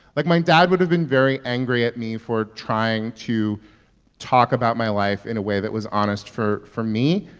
like, my dad would have been very angry at me for trying to talk about my life in a way that was honest for for me.